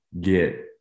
get